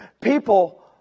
people